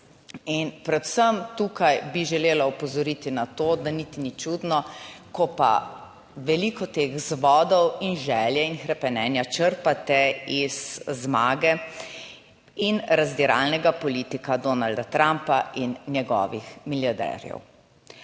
predvsem tukaj bi želela opozoriti na to, da niti ni čudno, ko pa veliko teh vzvodov in želje in hrepenenja črpate iz zmage in razdiralnega politika Donalda Trumpa in njegovih milijarderjev.